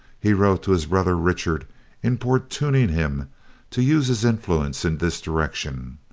he wrote to his brother richard importuning him to use his influence in this direction.